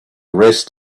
rest